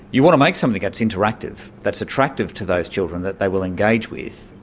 you want to make something that's interactive, that's attractive to those children, that they will engage with,